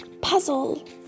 puzzle